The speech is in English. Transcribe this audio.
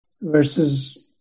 versus